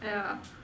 yeah